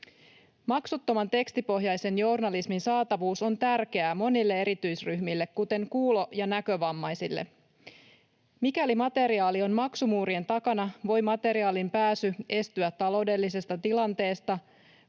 Maksuttoman tekstipohjaisen journalismin saatavuus on tärkeää monille erityisryhmille, kuten kuulo- ja näkövammaisille. Mikäli materiaali on maksumuurien takana, voi materiaaliin pääsy estyä taloudellisesta tilanteesta